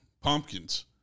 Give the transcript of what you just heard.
pumpkins